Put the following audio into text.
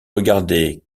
regardé